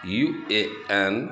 U A N